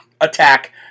attack